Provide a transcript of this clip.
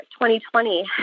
2020